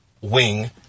wing